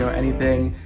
so anything,